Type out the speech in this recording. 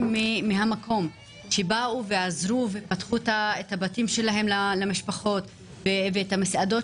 מן המקום שעזרו ופתחו את בתיהם למשפחות ואת המסעדות